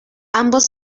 ambos